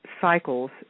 cycles